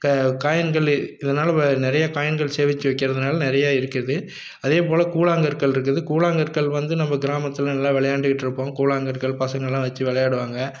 க காயின்கள் இதனால் இப்போ நிறைய காயின்கள் சேமித்து வைக்கிறதுனால் நிறைய இருக்குது அதேபோல கூழாங்கற்கள் இருக்குது கூழாங்கற்கள் வந்து நம்ம கிராமத்தில் நல்ல விளையாண்டுக்கிட்ருப்போம் கூழாங்கற்கள் பசங்கள்லாம் வச்சு விளையாடுவாங்க